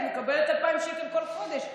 את מקבלת 2,000 שקל כל חודש.